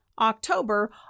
October